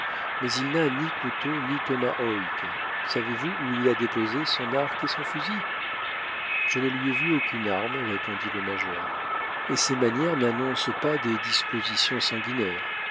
mais il n'a ni couteau ni tomahawk savez-vous où il a déposé son arc et son fusil je ne lui ai vu aucune arme répondit le major et ses manières n'annoncent pas des dispositions sanguinaires